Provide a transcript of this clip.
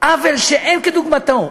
עוול שאין כדוגמתו.